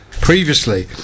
previously